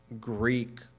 Greek